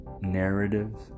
narratives